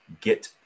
get